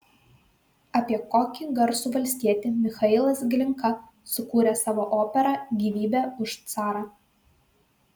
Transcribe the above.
apie kokį garsų valstietį michailas glinka sukūrė savo operą gyvybė už carą